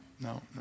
no